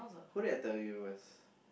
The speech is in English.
who did I tell you was